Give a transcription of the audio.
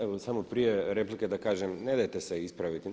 Evo samo prije replike da kažem, ne dajte se ispraviti.